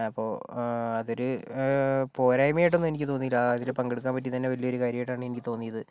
അപ്പോൾ അതൊരു പോരായ്മ ആയിട്ടൊന്നും എനിക്ക് തോന്നില്ല അതിൽ പങ്കെടുക്കാൻ പറ്റിയത് തന്നെ വലിയൊരു കാര്യമായിട്ടാണ് എനിക്ക് തോന്നിയത്